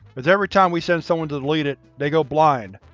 as every time we send someone to delete it, they go blind.